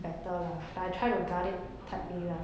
better lah like I try to guard it tightly lah